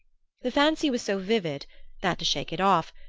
the fancy was so vivid that, to shake it off,